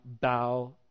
bow